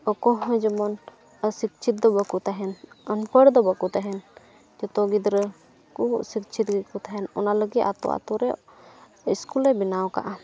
ᱚᱠᱚᱭ ᱦᱚᱸ ᱡᱮᱢᱚᱱ ᱚᱥᱤᱪᱪᱷᱤᱛ ᱫᱚ ᱵᱟᱠᱚ ᱛᱟᱦᱮᱱ ᱟᱱᱯᱚᱲ ᱫᱚ ᱵᱟᱠᱚ ᱛᱟᱦᱮᱱ ᱡᱚᱛᱚ ᱜᱤᱫᱽᱨᱟᱹ ᱠᱚ ᱥᱤᱪᱪᱷᱤᱛ ᱜᱮᱠᱚ ᱛᱟᱦᱮᱱ ᱚᱱᱟ ᱞᱟᱹᱜᱤᱫ ᱟᱹᱛᱩ ᱟᱹᱛᱩ ᱨᱮ ᱥᱠᱩᱞᱮ ᱵᱮᱱᱟᱣ ᱟᱠᱟᱫᱼᱟ